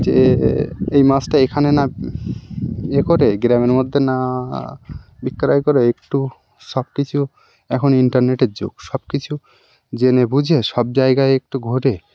যে এই মাছটা এখানে না ইয়ে করে গ্রামের মধ্যে না বিক্রয় করে একটু সব কিছু এখন ইন্টারনেটের যুগ সব কিছু জেনে বুঝে সব জায়গায় একটু ঘুরে